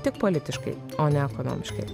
tik politiškai o ne ekonomiškai